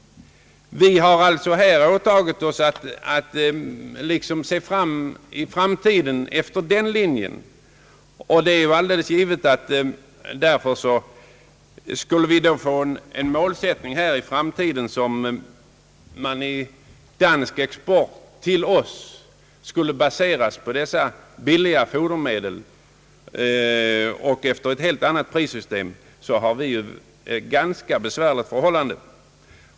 Det är alltså den linjen vi har fastslagit för framtiden. Skulle den danska animalieexporten till oss i framtiden baseras på dessa billiga fodermedel och på deras helt annorlunda utformade prissystem, så är det givet att vi får ganska besvärliga förhållanden.